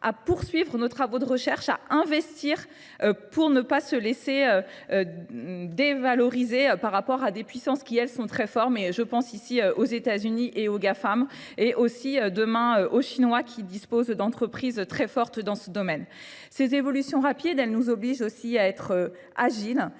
à poursuivre nos travaux de recherche, à investir pour ne pas se laisser dévalorisées par rapport à des puissances qui elles sont très fort mais je pense ici aux Etats-Unis et aux GAFAM et aussi demain aux Chinois qui disposent d'entreprises très fortes dans ce domaine. Ces évolutions rapides elles nous obligent aussi à être agiles